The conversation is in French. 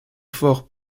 fort